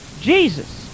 Jesus